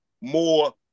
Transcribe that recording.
more